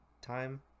time